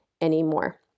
anymore